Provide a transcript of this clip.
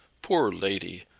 poor lady!